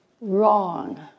wrong